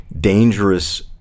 dangerous